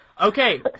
Okay